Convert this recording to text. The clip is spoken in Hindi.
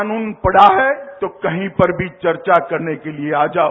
कानून पढ़ा है तो कहीं पर भी चर्चा कराने के लिए आ जाओ